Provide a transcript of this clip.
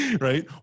right